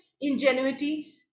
ingenuity